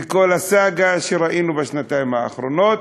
וכל הסאגה שראינו בשנתיים האחרונות,